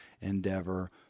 endeavor